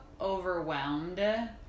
overwhelmed